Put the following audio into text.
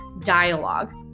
dialogue